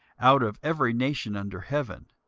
out of every nation under heaven.